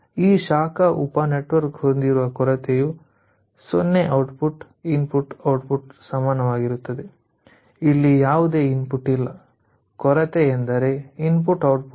ಈ ಶಾಖ ಉಪ ನೆಟ್ವರ್ಕ್ ಹೊಂದಿರುವ ಕೊರತೆಯು 0 ಔಟ್ಪುಟ್ ಇನ್ಪುಟ್ ಔಟ್ಪುಟ್ ಸಮಾನವಾಗಿರುತ್ತದೆ ಇಲ್ಲಿ ಯಾವುದೇ ಇನ್ಪುಟ್ ಇಲ್ಲ ಕೊರತೆ ಎಂದರೆ ಇನ್ಪುಟ್ ಔಟ್ಪುಟ್